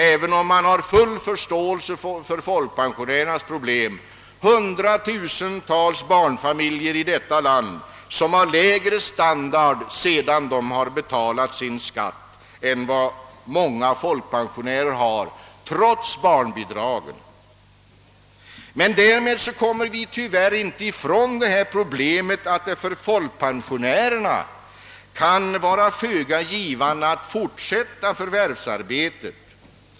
Jag har full förståelse för folkpensionärernas problem, men det finns hundratusentals barnfamiljer i detta land som trots barnbidragen har lägre standard än många folkpensionärer har. Med detta konstaterande kommer vi emellertid tyvärr inte ifrån problemet att det kan vara föga lönande för folkpensionärerna att fortsätta förvärvsarbete.